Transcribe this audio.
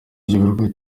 igikorwa